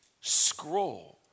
scroll